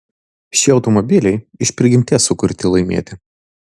šie automobiliai iš prigimties sukurti laimėti